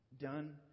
done